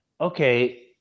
okay